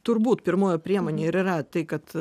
turbūt pirmoji priemonė ir yra tai kad